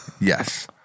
Yes